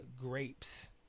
grapes